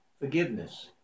forgiveness